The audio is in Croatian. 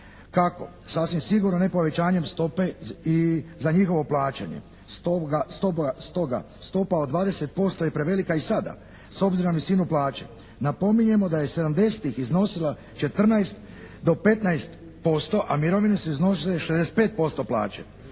Kako? Sasvim sigurno ne povećanjem stope i za njihovo plaćanje. Stoga stopa od 20% je prevelika i sada s obzirom na visinu plaće. Napominjemo da je 70-tih iznosila 14 do 15%, a mirovine su iznosile 65% plaće.